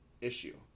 issue